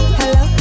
hello